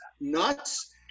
nuts